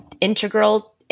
integral